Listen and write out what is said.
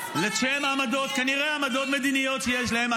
שלהם לשם עמדות, כנראה, עמדות מדיניות שיש להם.